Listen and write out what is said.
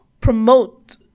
promote